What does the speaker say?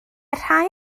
rhai